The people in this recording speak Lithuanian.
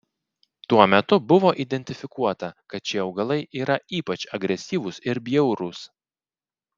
tuo metu buvo identifikuota kad šie augalai yra ypač agresyvūs ir bjaurūs